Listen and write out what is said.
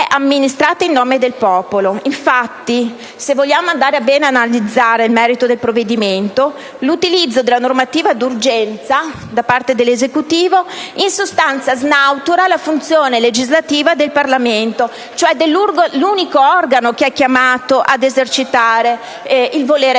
amministrata in nome del popolo». Se vogliamo infatti analizzare bene il merito del provvedimento, l'utilizzo della normativa d'urgenza da parte dell'Esecutivo in sostanza snatura la funzione legislativa del Parlamento, ossia dell'unico organo chiamato ad esercitare il volere